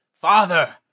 father